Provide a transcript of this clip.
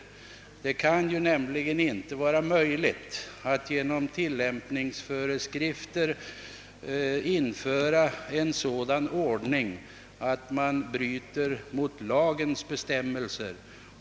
Det kan nämligen inte anses lämpligt att genom tilllämpningsföreskrifter införa en sådan ordning att man bryter mot lagens bestämmelser.